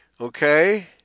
Okay